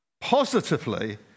Positively